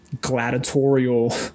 gladiatorial